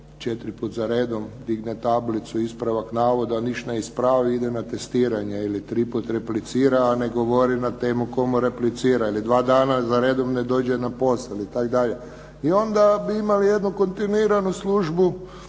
četiri puta za redom digne tablicu ispravak navoda a ništa ne ispravi ide na testiranje ili tri puta replicira a ne odgovori na temu kome replicira. Ili dva dana za redom ne dođe za posao itd.. I onda bi imali jednu kontinuiranu službu